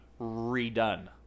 redone